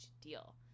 deal